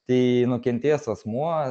tai nukentėjęs asmuo